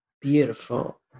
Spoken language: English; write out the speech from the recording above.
beautiful